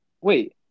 Wait